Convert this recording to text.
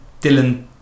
Dylan